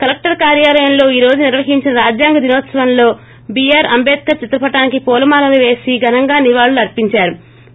collector కార్యాలయంలో ఈ రోజు నిర్వహించిన రాజ్యాంగ దినోత్సవంలో బిఆర్ అంబేద్కర్ చిత్రపటానికి పూలమాలలు పేసి ఘనంగా నివాళులు అర్పించారు